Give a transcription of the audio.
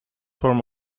form